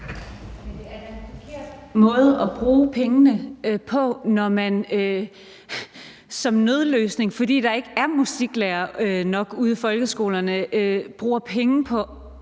er da en forkert måde at bruge pengene på, når man som en nødløsning, fordi der ikke er nok musiklærere ude i folkeskolerne, bruger penge på